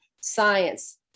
science